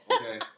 okay